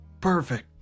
perfect